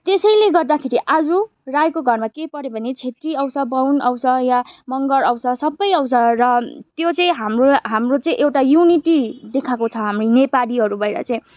त्यसैले गर्दाखेरि आज राईको घरमा केही पऱ्यो भने छेत्री आउँछ बाहुन आउँछ या मङ्गर आउँछ सबै आउँछ र त्यो चाहिँ हाम्रो हाम्रो चाहिँ एउटा युनिटी देखाएको छ हामी नेपालीहरू भएर चाहिँ